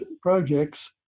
projects